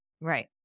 Right